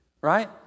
Right